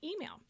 email